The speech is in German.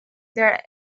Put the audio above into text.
der